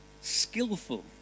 skillful